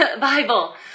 Bible